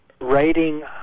writing